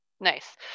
Nice